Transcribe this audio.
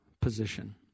position